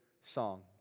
song